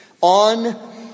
on